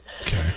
Okay